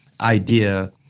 idea